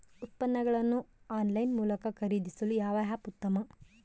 ಉತ್ಪನ್ನಗಳನ್ನು ಆನ್ಲೈನ್ ಮೂಲಕ ಖರೇದಿಸಲು ಯಾವ ಆ್ಯಪ್ ಉತ್ತಮ?